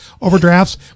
overdrafts